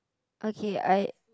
okay I